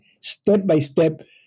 step-by-step